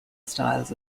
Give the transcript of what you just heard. styles